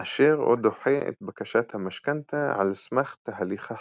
מאשר או דוחה את בקשת המשכנתא על סמך תהליך החיתום.